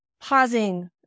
pausing